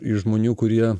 iš žmonių kurie